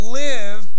live